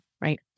right